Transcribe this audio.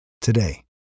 Today